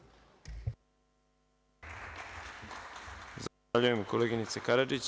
Zahvaljujem koleginice Karadžić.